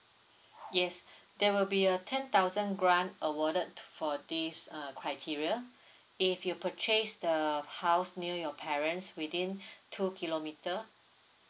yes there will be a ten thousand grant awarded for these err criteria if you purchase the house near your parents within two kilometre